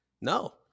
No